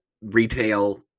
retail